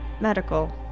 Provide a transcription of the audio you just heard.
medical